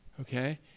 Okay